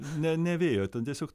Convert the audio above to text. ne ne vėjo ten tiesiog